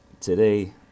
today